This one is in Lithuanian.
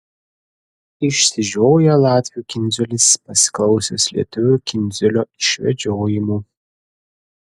išsižioja latvių kindziulis pasiklausęs lietuvių kindziulio išvedžiojimų